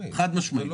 חד משמעית.